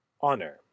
Honor